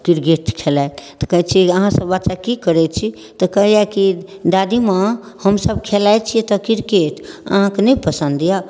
cricket खेलाइत तऽ कहैत छी अहाँ सब बच्चा की करै छी तऽ कहैया की दादी माँ हमसब खेलाइ छी एतऽ क्रिकेट अहाँके नहि पसन्द यऽ